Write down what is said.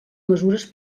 mesures